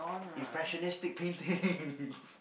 impressionistic paintings